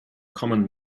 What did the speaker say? common